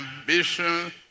ambition